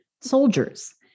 Soldiers